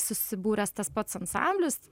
susibūręs tas pats ansamblis